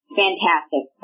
fantastic